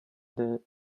their